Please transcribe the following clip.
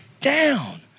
down